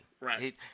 Right